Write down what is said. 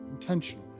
intentionally